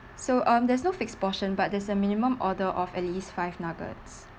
so um there's no fixed portion but there's a minimum order of at least five nuggets